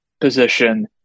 position